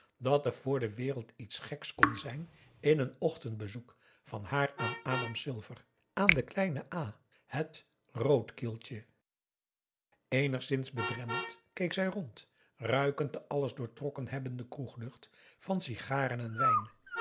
dat er voor de wereld iets geks kon zijn in een ochtendbezoek van haar aan adam silver aan den kleinen a het roodkieltje eenigszins bedremmeld keek zij rond ruikend de alles doortrokken hebbende kroeglucht van sigaren en wijn